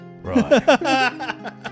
Right